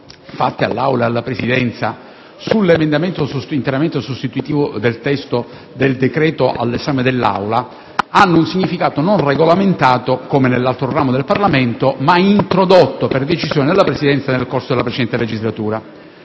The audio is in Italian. all'Aula e alla Presidenza, sull'articolo 1 di conversione del decreto all'esame dell'Aula, hanno un significato non regolamentato, come nell'altro ramo del Parlamento, ma introdotto per decisione della Presidenza nel corso della precedente legislatura.